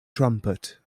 trumpet